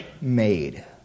made